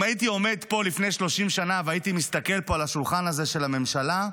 אם הייתי עומד פה לפני 30 שנה והייתי מסתכל פה על השולחן הזה של הממשלה,